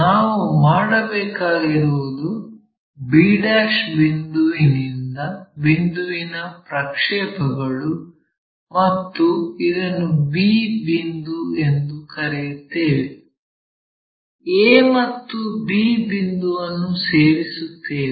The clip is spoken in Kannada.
ನಾವು ಮಾಡಬೇಕಾಗಿರುವುದು b ಬಿಂದುವಿನ ಪ್ರಕ್ಷೇಪಗಳು ಮತ್ತು ಇದನ್ನು b ಬಿಂದು ಎಂದು ಕರೆಯುತ್ತೇವೆ a ಮತ್ತು b ಬಿಂದುವನ್ನು ಸೇರಿಸುತ್ತೇವೆ